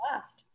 last